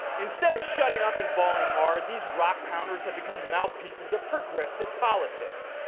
instead of shutting up and balling hard, these rock pounders have become mouthpieces of progressive politics.